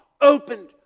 opened